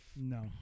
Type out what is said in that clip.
no